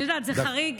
אני יודעת שזה חריג.